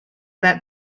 that